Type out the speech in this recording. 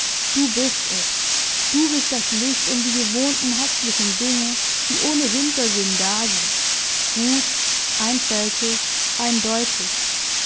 du bist es du bist das licht um die gewohnten herzlichen dinge die ohne hintersinn da sind gut einfältig eindeutig